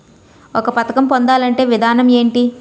ఒక పథకం పొందాలంటే విధానం ఏంటి?